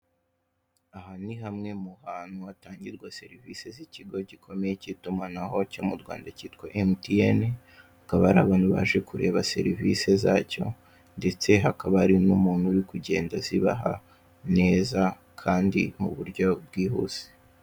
Aha ni hamwe mu hantu hatangirwa serivisi z'ikigo gikomeye k'itumanahocyo cyo mu rwanda kitwa emutiyeni hakaba hari abantu baje kureba serivisi hakaba hari n'umuntu uri kuzibaha ku buryo bwihuse.